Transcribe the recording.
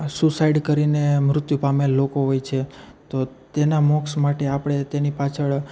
suicide કરીને મૃત્યુ પામેલાં લોકો હોય છે તો તેના મોક્ષ માટે આપણે તેમની પાછળ